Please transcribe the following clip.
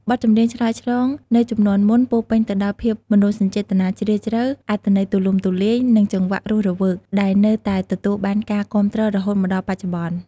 បទចម្រៀងឆ្លើយឆ្លងនៅជំនាន់មុនពោរពេញទៅដោយ ភាពមនោសញ្ចេតនាជ្រាលជ្រៅ អត្ថន័យទូលំទូលាយ និងចង្វាក់រស់រវើក ដែលនៅតែទទួលបានការគាំទ្ររហូតមកដល់បច្ចុប្បន្ន។